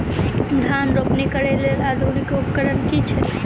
धान रोपनी करै कऽ लेल आधुनिक उपकरण की होइ छथि?